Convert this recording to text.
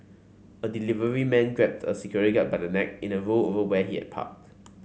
a delivery man grabbed a security guard by the neck in a row over where he had parked